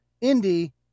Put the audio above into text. Indy